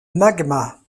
magma